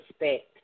respect